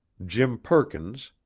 jim perkins,